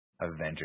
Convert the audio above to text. Avengers